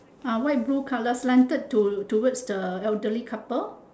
ah white blue colour slanted to towards the elderly couple